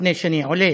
לפני שאני עולה,